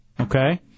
Okay